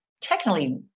technically